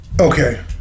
Okay